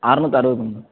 அறநூற்று அறுபதுங்க